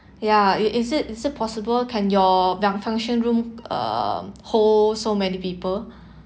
ya is is it is it possible can your func~ function room uh hold so many people